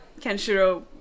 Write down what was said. Kenshiro